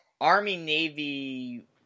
Army-Navy